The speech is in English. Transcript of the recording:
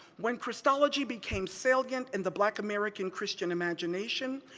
when christology became salient in the black american christian imagination,